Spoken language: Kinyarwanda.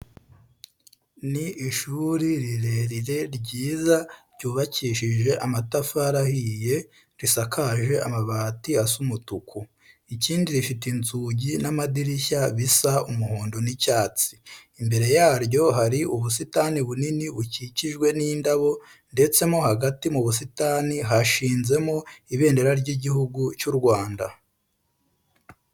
Ni ishuri rirerire ryiza ryubakishije amatafari ahiye, risakaje amabati asa umutuku. Ikindi rifite inzugi n'amadirishya bisa umuhondo n'icyatsi. Imbere yaryo hari ubusitani bunini bukikijwe n'indabo ndeste mo hagati mu busitani hashinzemo Ibendera ry'Igihugu cy'u Rwanda.